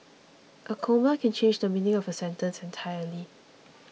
a comma can change the meaning of a sentence entirely